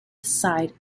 sided